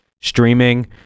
streaming